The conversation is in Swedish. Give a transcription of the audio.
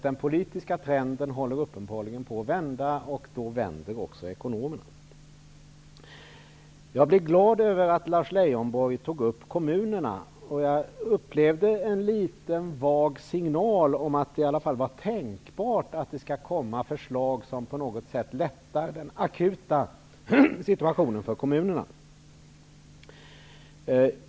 Den politiska trenden håller uppenbarligen på att vända, och då vänder också ekonomerna. Jag blev glad över att Lars Leijonborg tog upp frågan om kommunerna, och jag upplevde en vag signal om att det är tänkbart att det kan komma förslag som på något sätt lättar den akuta situationen för kommunerna.